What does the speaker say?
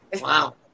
Wow